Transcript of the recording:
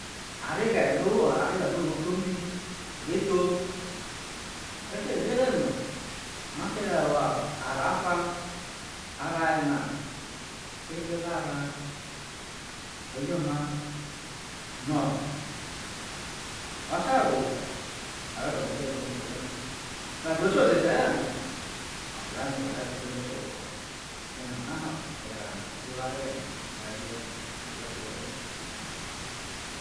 areghe̠ no̠ owo yo̠ areghe̠ no̠ o̠ro̠ tho mi, ore tho oje no ere no ma te je wo arao o̠fa, arao̠ yena ekpele arao̠ oyoma no̠ o̠ te̠ ruowe̠ ore gwo̠lo̠ e̠ke̠ no oro kpe owhe no bo ke no̠ wo te ro te ete̠ ha ovre̠ no o̠gbe̠ ro to we̠ obo̠ ho ena ho̠ erao no̠ i wo areghe̠ no me̠ne̠ ogbe̠ vre̠ erehe.